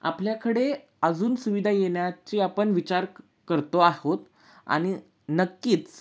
आपल्याकडे अजून सुविधा येण्याची आपण विचार करतो आहोत आणि नक्कीच